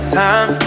time